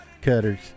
cutters